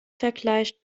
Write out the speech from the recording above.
vergleicht